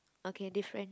okay different